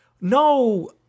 No